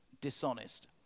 dishonest